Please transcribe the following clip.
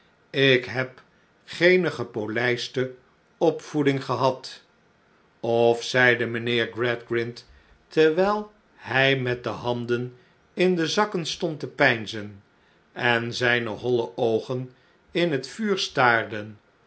ik heb geene gepolijste opvoeding gehad of zeide mijnheer gradgrind terwijl hij met de handen in de zakken stond te peinzen en zijne holle oogen in net vuur staarden